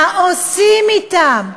מה עושים אתם?